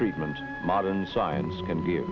treatment modern science can